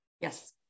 Yes